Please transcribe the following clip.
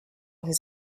his